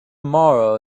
tomorrow